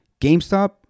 GameStop